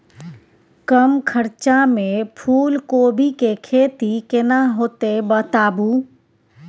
कम खर्चा में फूलकोबी के खेती केना होते बताबू?